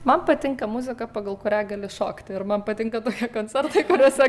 man patinka muzika pagal kurią gali šokti ir man patinka tokie koncertai kuriuose